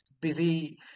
busy